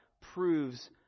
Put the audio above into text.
proves